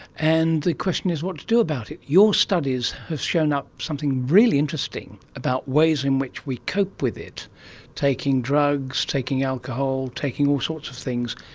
and the question is what to do about it. your studies have shown up something really interesting about ways in which we cope with it taking drugs, taking alcohol, taking all sorts of things.